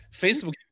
Facebook